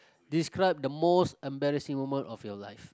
describe the most embarrassing moment of your life